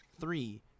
Three